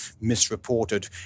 misreported